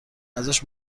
ازش